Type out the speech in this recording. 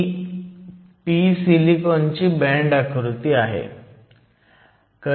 ही p सिलिकॉनची band आकृती आहे